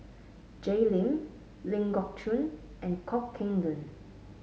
Jay Lim Ling Geok Choon and Kok Heng Leun